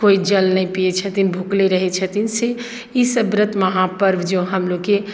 कोइ जल नहि पियैत छथिन भुखले रहैत छथिन से ईसभ व्रत महापर्व जो हमलोगके